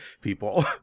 people